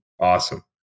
Awesome